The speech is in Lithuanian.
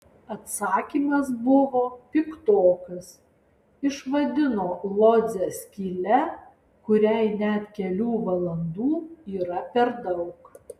atsakymas buvo piktokas išvadino lodzę skyle kuriai net kelių valandų yra per daug